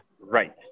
right